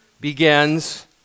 begins